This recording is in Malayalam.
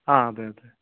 ആ അതെ അതെ